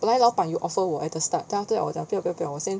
本来老板有 offer 我 at the start 当掉我打掉不要不要不要我先